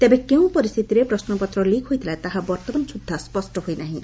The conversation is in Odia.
ତେବେ କେଉଁ ପରିସ୍ରିତିରେ ପ୍ରଶ୍ୱପତ୍ର ଲିକ୍ ହୋଇଥିଲା ତାହା ବର୍ଉମାନ ସୁଦ୍ଧା ସ୍ୱଷ୍ୟ ହୋଇନାହିଁ